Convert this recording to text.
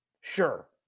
Sure